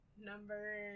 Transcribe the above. number